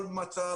לאומי.